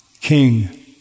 King